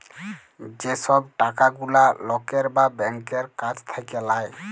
যে সব টাকা গুলা লকের বা ব্যাংকের কাছ থাক্যে লায়